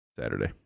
Saturday